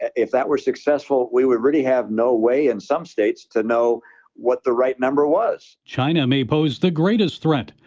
if that were successful, we would really have no way in some states to know what the right number was. reporter china may pose the greatest threat.